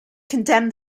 condemned